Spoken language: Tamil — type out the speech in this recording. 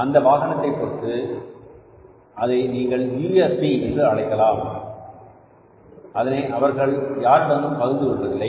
அந்த வாகனத்தை பொருத்து அதை நீங்கள் USP என்று அழைக்கலாம் அதனை அவர்கள் யாருடனும் பகிர்ந்து கொள்வதில்லை